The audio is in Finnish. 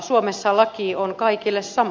suomessa laki on kaikille sama